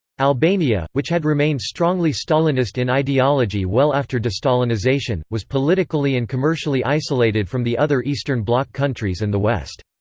albania, which had remained strongly stalinist in ideology well after de-stalinisation, was politically and commercially isolated from the other eastern bloc countries and the west.